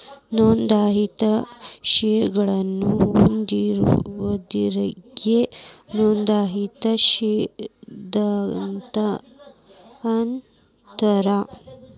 ನೋಂದಾಯಿತ ಷೇರಗಳನ್ನ ಹೊಂದಿದೋರಿಗಿ ನೋಂದಾಯಿತ ಷೇರದಾರ ಅಂತಾರ